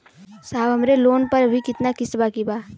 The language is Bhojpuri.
साहब हमरे लोन पर अभी कितना किस्त बाकी ह?